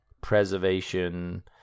preservation